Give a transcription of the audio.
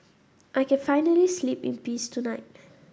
I can finally sleep in peace tonight